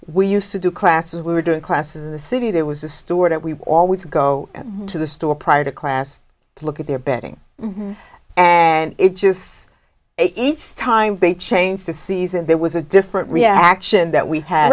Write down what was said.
we used to do classes we were doing classes in the city there was a story that we always go to the store prior to class to look at their bedding and it just each time they changed the season there was a different reaction that we had